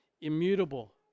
immutable